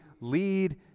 lead